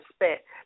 respect